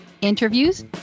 Interviews